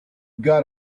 got